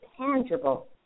tangible